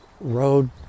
road